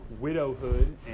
Widowhood